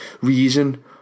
reason